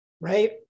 right